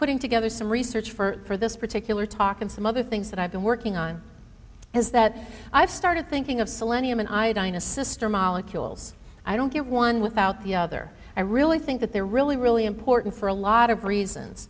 putting together some research for this particular talk and some other things that i've been working on is that i've started thinking of solenn human iodine a sister molecules i don't get one without the other i really think that they're really really important for a lot of reasons